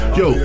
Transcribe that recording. yo